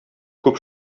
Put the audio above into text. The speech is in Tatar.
күп